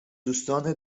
دوستان